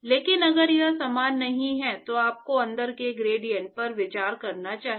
लेकिन अगर यह समान नहीं है तो आपको अंदर के ग्रेडिएंट पर विचार करना चाहिए